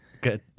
Good